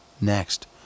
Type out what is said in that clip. Next